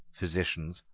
physicians,